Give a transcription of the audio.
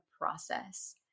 process